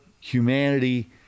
Humanity